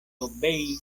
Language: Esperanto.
obei